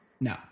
No